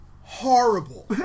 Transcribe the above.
horrible